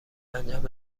انجام